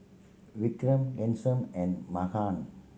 Vikram Ghanshyam and Mahan